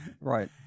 right